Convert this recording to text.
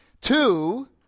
two